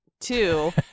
Two